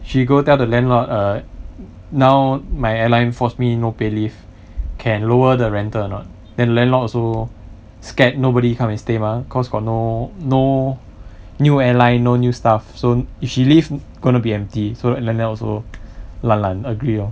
she go tell the landlord err now my airline force me no pay leave can lower the rental or not and landlord also scared nobody come and stay mah cause got no no new airline no new staff so if she leave gonna be empty so landlord also lan lan agree lor